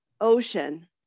ocean